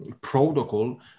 protocol